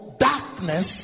darkness